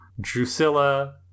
Drusilla